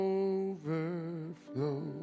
overflow